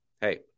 Hey